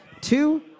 two